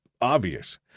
obvious